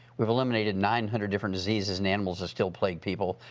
we've eliminated nine hundred different diseases in animals that still plague people.